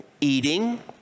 eating